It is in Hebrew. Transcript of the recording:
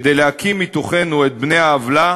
כדי להקיא מתוכנו את בני העוולה